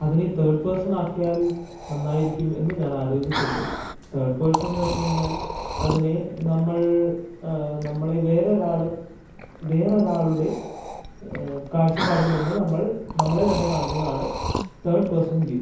അതിനെ തേർഡ് പേഴ്സണാക്കിയാൽ നന്നായിരിക്കും എന്നു ഞാൻ ആലോചിട്ടുണ്ട് തേർഡ് പേഴ്സൺ എന്ന് വെച്ചുകഴിഞ്ഞാൽ അതിനെ നമ്മൾ നമ്മളെ വേറൊരാള് വേറൊരാളുടെ കാഴ്ചപ്പാടിൽനിന്ന് നമ്മൾ നമ്മളെ തന്നെ കാണുന്നതാണ് തേർഡ് പേഴ്സൺ വ്യൂ